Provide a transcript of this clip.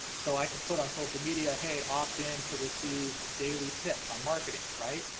so i can put on social media, hey, opt-in to receive daily tips on marketing, right?